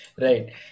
Right